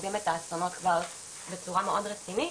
שחווים את האסונות כבר בצורה מאוד רצינית,